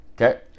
Okay